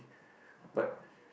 but